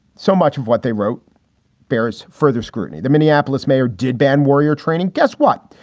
so much of what they wrote bears further scrutiny. the minneapolis mayor did ban warrior training. guess what?